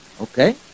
Okay